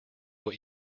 what